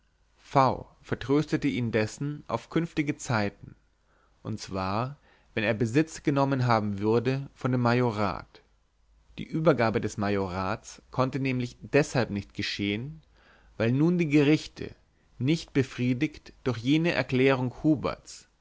v vertröstete ihn indessen auf künftige zeiten und zwar wenn er besitz genommen haben würde von dem majorat die übergabe des majorats konnte nämlich deshalb nicht geschehen weil nun die gerichte nicht befriedigt durch jene erklärung huberts